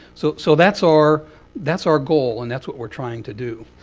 so so that's our that's our goal. and that's what we're trying to do.